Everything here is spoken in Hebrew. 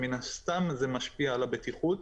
שמן הסתם זה משפיע על הבטיחות.